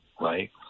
right